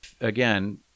again